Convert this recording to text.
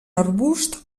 arbust